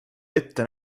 ette